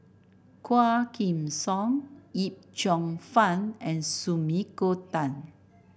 Quah Kim Song Yip Cheong Fun and Sumiko Tan